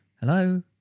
hello